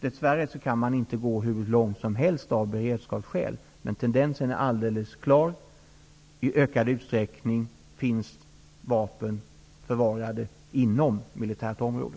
Man kan dess värre inte gå hur långt som helst av beredskapsskäl, men tendensen är alldeles klar, vapen finns i ökad utsträckning förvarade inom militärt område.